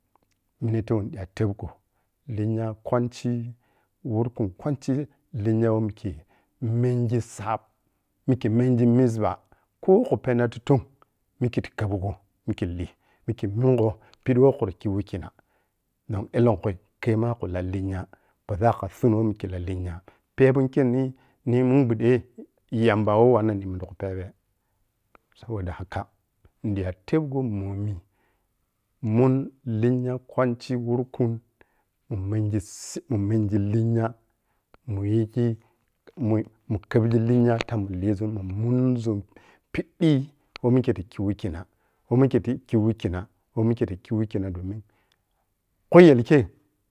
Leton ɓiya tebgo linya kwanchi wurkin kwanchi laya lenyawoh mikhe menyi sab, mikhe mengi mizbahkho khu penna ti ton mikhe ti kebgo mikhe li mikhen mungho piɓi woh khuri khi weh khina don elenthui khema khu la linya pozab kha sunu weh mikhu la linya pebunkhe nimungbude yamba weh wannan nimun ti khupabe saboda haka nidiya tebgon momi mun lenya kwanchi wurkun mun mengi cibba-mun mengi linya muyigi mu khebyi linya ta mun lizun mun munzun piɓi ɓi weh mikhe ta khi mokhina mo mikhe takhi wokhina domin kuyel ke